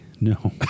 No